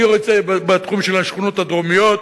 בתחום של השכונות הדרומיות.